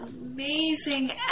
amazing